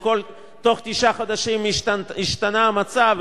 איך תוך תשעה חודשים השתנה המצב,